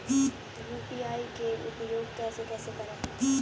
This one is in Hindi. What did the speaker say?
यू.पी.आई के उपयोग कौन कौन से हैं?